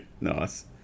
Nice